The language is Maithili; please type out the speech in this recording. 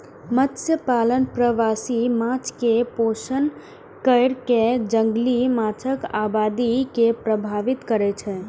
मत्स्यपालन प्रवासी माछ कें पोषण कैर कें जंगली माछक आबादी के प्रभावित करै छै